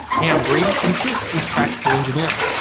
hey i'm grady and this is practical engineering.